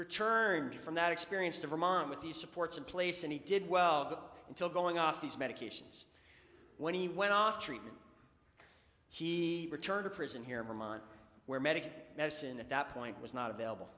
returned from that experience to vermont with the supports in place and he did well until going off his medications when he went off treatment he returned to prison here in vermont where medical medicine at that point was not available